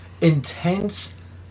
intense